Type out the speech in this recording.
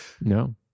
No